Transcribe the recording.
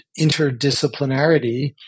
interdisciplinarity